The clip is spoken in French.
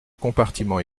compartiment